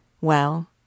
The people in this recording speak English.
Well